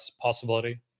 possibility